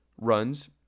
runs